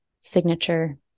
signature